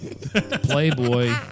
Playboy